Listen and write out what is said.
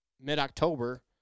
mid-October